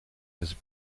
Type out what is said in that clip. has